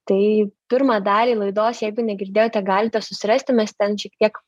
tai pirmą dalį laidos jeigu negirdėjote galite susirasti mes ten šiek tiek